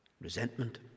Resentment